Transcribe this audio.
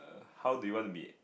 how do you want to be